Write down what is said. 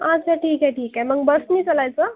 अच्छा ठीक आहे ठीक आहे मग बसने चलायचं